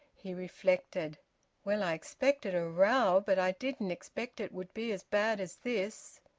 he reflected well, i expected a row, but i didn't expect it would be as bad as this!